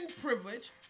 privilege